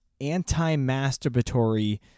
anti-masturbatory